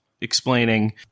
explaining